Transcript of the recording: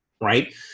right